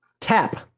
Tap